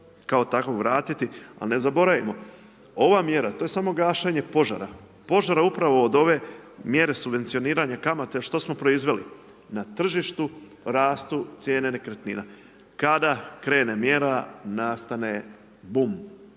kao takvog vratiti, ali ne zaboravimo, ova mjera to je samo gašenje požara, požara upravo od ove mjere subvencioniranja kamata što smo proizveli? Na tržištu rastu cijene nekretnina. Kada krene mjera nastane bum,